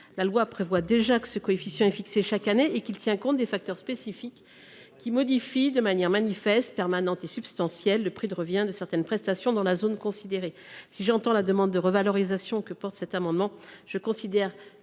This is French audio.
La loi le prévoit déjà : ce coefficient est fixé chaque année et tient compte des facteurs spécifiques qui modifient de manière manifeste, permanente et substantielle le prix de revient de certaines prestations dans la zone considérée. J’entends votre demande de revalorisation, ma chère collègue. Toutefois,